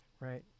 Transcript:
Right